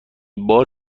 بار